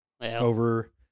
over